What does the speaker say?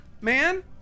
man